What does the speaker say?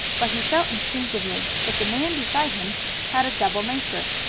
but he felt instinctively that the man beside him had a double nature.